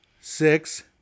six